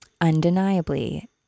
undeniably